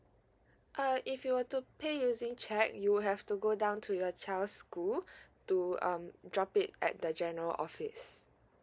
uh if you were to pay using cheque you would have to go down to your child's school to um drop it at the general office